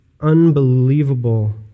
unbelievable